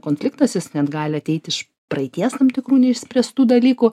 konfliktas jis net gali ateit iš praeities tam tikrų neišspręstų dalykų